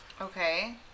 Okay